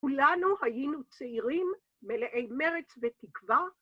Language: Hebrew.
כולנו היינו צעירים, מלאי מרץ ותקווה.